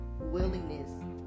willingness